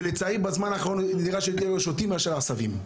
ולצערי בזמן האחרון נראה שיותר שוטים מאשר עשבים,